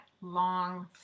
long